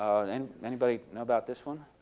and anybody know about this one?